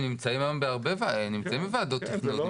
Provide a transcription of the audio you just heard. הם נמצאים היום בוועדות תכנון,